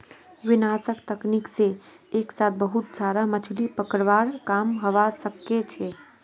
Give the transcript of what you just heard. विनाशक तकनीक से एक साथ बहुत सारा मछलि पकड़वार काम हवा सके छे